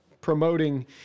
promoting